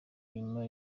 nyuma